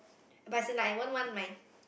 but as in like I won't want my